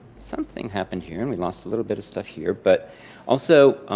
something happened here, and we lost a little bit of stuff here, but also,